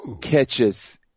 Catches